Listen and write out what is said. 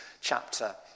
chapter